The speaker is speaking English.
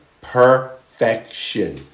Perfection